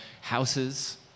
houses